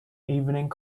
evening